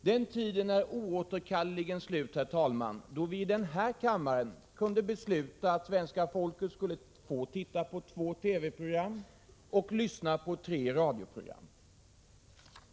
Den tiden är oåterkallerligen förbi då vi i denna kammare kunde besluta att svenska folket skulle få titta på två TV-program och lyssna på tre radioprogram.